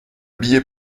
billet